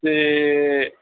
ਅਤੇ